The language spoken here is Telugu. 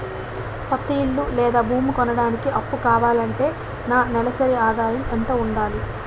కొత్త ఇల్లు లేదా భూమి కొనడానికి అప్పు కావాలి అంటే నా నెలసరి ఆదాయం ఎంత ఉండాలి?